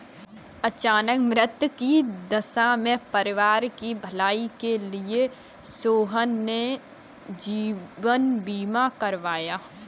अचानक मृत्यु की दशा में परिवार की भलाई के लिए सोहन ने जीवन बीमा करवाया